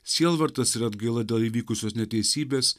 sielvartas ir atgaila dėl įvykusios neteisybės